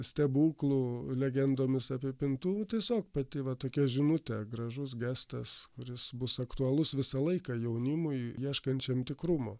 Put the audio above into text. stebuklų legendomis apipintų tiesiog pati va tokia žinutė gražus gestas kuris bus aktualus visą laiką jaunimui ieškančiam tikrumo